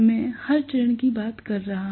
मैं हर चरण की बात कर रहा हूं